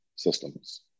systems